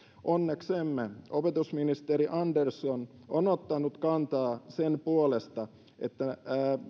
onneksemme opetusministeri andersson on ottanut kantaa sen puolesta että